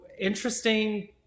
Interesting